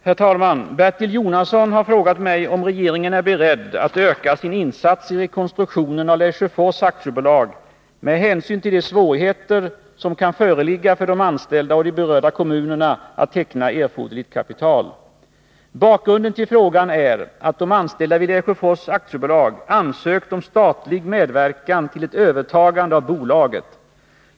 Herr talman! Bertil Jonasson har frågat mig om regeringen är beredd att öka sin insats i rekonstruktionen av Lesjöfors AB med hänsyn till de svårigheter som kan föreligga för de anställda och de berörda kommunerna att teckna erforderligt kapital. Bakgrunden till frågan är att de anställda vid Lesjöfors AB ansökt om statlig medverkan till ett övertagande av bolaget.